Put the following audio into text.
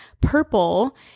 purple